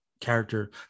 character